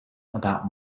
about